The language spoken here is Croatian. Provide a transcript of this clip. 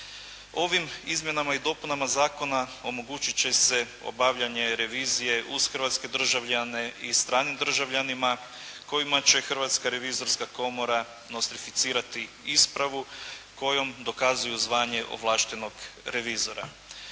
Ovim izmjenama i dopunama zakona omogućit će se obavljanje revizije uz hrvatske državljane i stranim državljanima kojima će Hrvatska revizorska komora nostrificirati ispravu kojom dokazuju zvanje ovlaštenog revizora.